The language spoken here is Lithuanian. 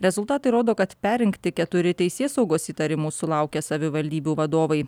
rezultatai rodo kad perrinkti keturi teisėsaugos įtarimų sulaukę savivaldybių vadovai